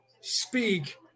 speak